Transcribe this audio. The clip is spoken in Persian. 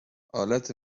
آلت